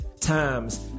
times